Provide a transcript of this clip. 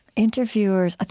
interviewers,